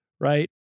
right